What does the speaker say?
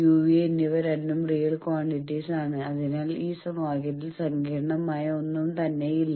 u v എന്നിവ രണ്ടും real quantities ആണ് അതിനാൽ ഈ സമവാക്യത്തിൽ സങ്കീർണ്ണമായ ഒന്നും തന്നെയില്ല